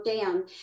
down